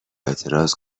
اعتراض